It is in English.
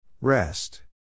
Rest